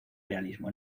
realismo